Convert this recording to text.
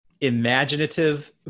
imaginative